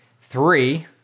Three